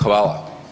Hvala.